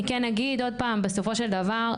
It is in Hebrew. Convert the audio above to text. בסופו של דבר,